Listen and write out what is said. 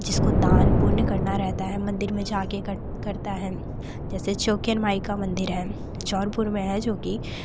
जिसको दान पुण्य करना रहता है मंदिर में जा के करता है जैसे छेव्कियन माई का मंदिर है जौनपुर में है जो की